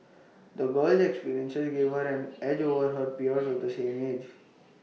the girl's experiences gave her an edge over her peers of the same age